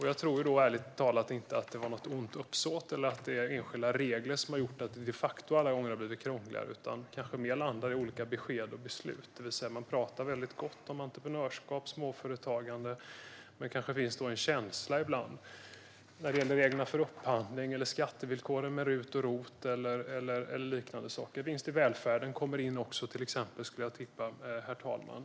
Jag tror ärligt talat inte att det var något ont uppsåt eller att det är enskilda regler som har gjort att det de facto alla gånger har blivit krångligare utan att det kanske mer landar i olika besked och beslut. Man talar väldigt gott om entreprenörskap och småföretagande. Men det kanske finns en känsla ibland när det gäller reglerna för upphandling, skattevillkoren med RUT och ROT eller liknande saker. Där kommer också vinst i välvärden in, skulle jag tippa. Herr talman!